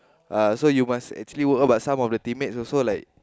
uh so you must actually what but some of the team mate also like